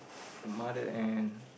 mother and